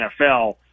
NFL